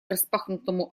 распахнутому